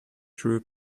threw